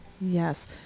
Yes